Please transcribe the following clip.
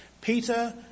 Peter